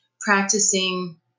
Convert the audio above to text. practicing